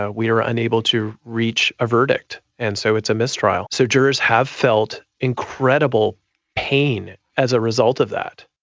ah we are ah unable to reach a verdict. and so it's a mistrial. so jurors have felt incredible pain as a result of that.